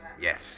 yes